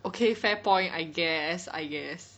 okay fair point I guess I guess